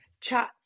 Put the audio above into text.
chat